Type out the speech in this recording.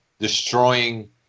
destroying